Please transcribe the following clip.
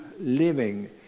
living